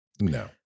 no